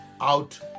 out